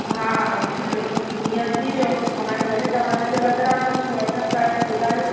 हा अहिड़ो हीअं थी वियो त पोइ हाणे भले तव्हां इन जे बदिरां कुझु वठणु चाहियो त ॿुधायो